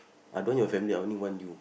I don't want your family I only want you